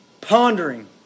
pondering